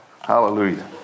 Hallelujah